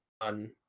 on